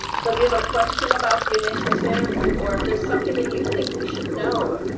so if you have a question about the initiative, or if there's something that you think we should know,